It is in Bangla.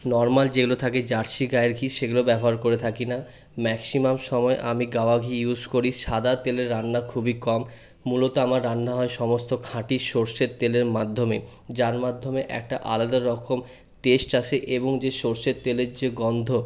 নরমাল যেগুলো থাকে জার্সি গাইয়ের ঘি সেগুলো ব্যবহার করে থাকি না ম্যাক্সিমাম সময়ে আমি গাওয়া ঘি ইউজ করি সাদা তেলে রান্না খুবই কম মূলত আমার রান্না হয় সমস্ত খাঁটি সরষের তেলের মাধ্যমে যার মাধ্যমে একটা আলাদা রকম টেস্ট আসে এবং যে সরষের তেলের যে গন্ধ